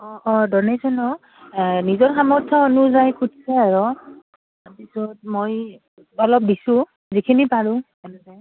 অঁ অঁ ড'নেশ্যনো অঁ নিজৰ সামৰ্থ্য অনুযায়ী খুজছে আৰু তাৰপিছত মই অলপ দিছোঁ যিখিনি পাৰোঁ